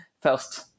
first